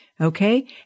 Okay